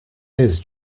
his